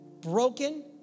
broken